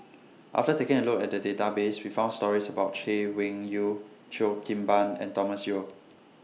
after taking A Look At The Database We found stories about Chay Weng Yew Cheo Kim Ban and Thomas Yeo